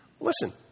Listen